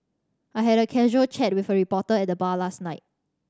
I had a casual chat with a reporter at the bar last night